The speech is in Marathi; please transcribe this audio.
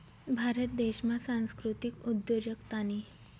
भारत देशमा सांस्कृतिक उद्योजकतानी